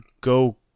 go